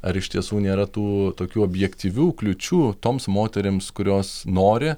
ar iš tiesų nėra tų tokių objektyvių kliūčių toms moterims kurios nori